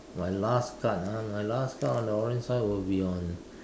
my last card lah my last card on the orange side would be on